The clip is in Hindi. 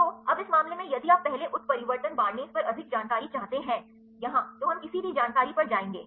तो अब इस मामले में यदि आप पहले उत्परिवर्तन बार्नसे पर अधिक जानकारी चाहते हैं यहाँ तो हम किसी भी जानकारी पर जाएंगे